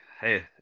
Hey